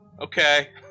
okay